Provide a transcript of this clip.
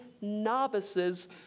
novices